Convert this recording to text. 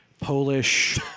Polish